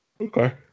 Okay